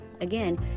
again